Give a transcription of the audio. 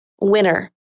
winner